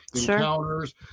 encounters